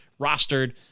rostered